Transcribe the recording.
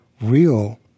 real